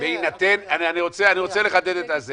אני רוצה לחדד את השאלה.